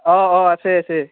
অঁ অঁ আছে আছে